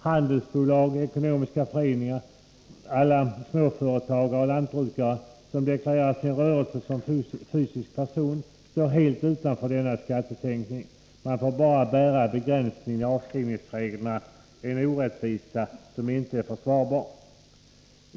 Handelsbolag, ekonomiska föreningar och alla småföretag och lantbrukare som deklarerar sin rörelse som fysisk person står helt utanför denna skattesänkning — de får bara begränsningen i avskrivningsreglerna, en orättvisa som inte är försvarbar.